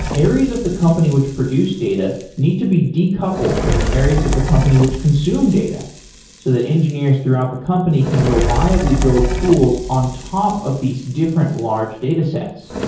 areas of the company which produce data need to be decoupled from the areas of the company which consume data so that engineers throughout the company can reliably build tools on top of these different large datasets.